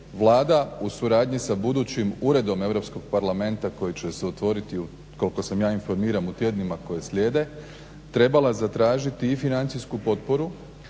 Vlada u suradnji sa budućim uredom Europskog parlamenta koji će se otvoriti, koliko sam ja informiran u tjednima koji slijede, trebala zatražiti i financijsku potporu